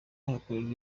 hakorerwa